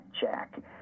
Jack